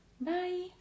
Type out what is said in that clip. bye